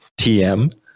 TM